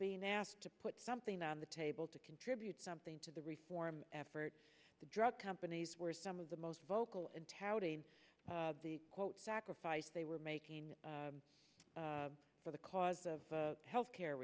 being asked to put something on the table to contribute something to the reform effort the drug companies where some of the most vocal integrity the quote sacrifice they were making for the cause of health care